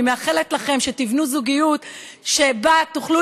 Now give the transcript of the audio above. אני מאחלת לכם שתבנו זוגיות שבה תוכלו